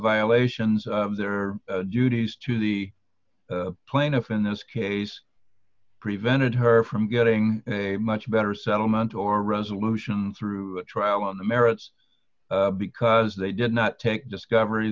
violations of their duties to the plaintiff in this case prevented her from getting a much better settlement or resolution through the trial on the merits because they did not take discovery